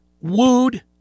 wooed